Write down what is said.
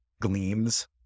gleams